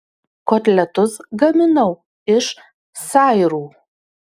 kotletus gaminau iš sairų